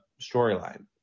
storyline